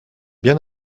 bien